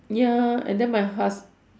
ya and then my husb~